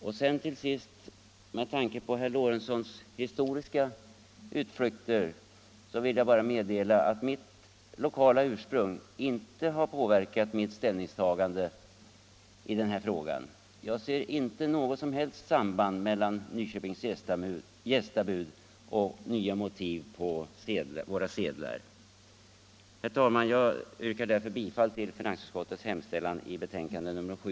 Med anledning av herr Lorentzons historiska utflykter vill jag till sist bara meddela att mitt lokala ursprung inte har påverkat mitt ställningstagande i denna fråga. Jag ser inte något som helst samband mellan Nyköpings gästabud och frågan om nya motiv på våra sedlar. Herr talman! Jag yrkar bifall till finansutskottets hemställan i dess betänkande nr 7.